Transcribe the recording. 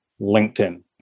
LinkedIn